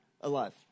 Alive